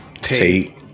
Tate